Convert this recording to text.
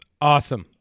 awesome